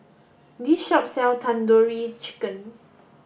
this shop sells Tandoori Chicken